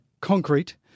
concrete